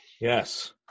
Yes